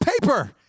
paper